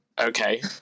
okay